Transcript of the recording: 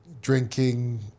drinking